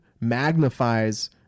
magnifies